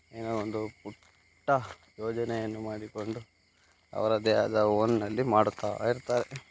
ಏನೋ ಒಂದು ಪುಟ್ಟ ಯೋಜನೆಯನ್ನು ಮಾಡಿಕೊಂಡು ಅವರದೇ ಆದ ಓನ್ನಲ್ಲಿ ಮಾಡುತ್ತಾ ಇರ್ತಾರೆ